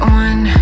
one